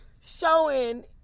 showing